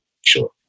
sure